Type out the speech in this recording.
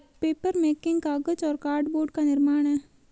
papermaking कागज और cardboard का निर्माण है